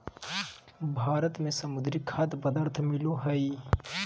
भारत में समुद्री खाद्य पदार्थ मिलो हइ